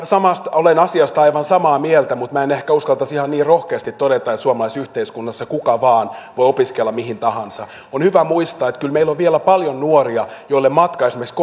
olen asiasta aivan samaa mieltä mutta minä en ehkä uskaltaisi ihan niin rohkeasti todeta että suomalaisessa yhteiskunnassa kuka vaan voi opiskella mihin tahansa on hyvä muistaa että kyllä meillä on vielä paljon nuoria joille matka esimerkiksi